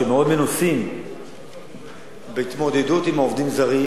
שמאוד מנוסות בהתמודדות עם עובדים זרים.